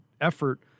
effort